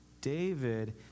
David